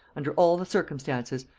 under all the circumstances,